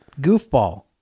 goofball